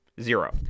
Zero